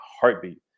heartbeat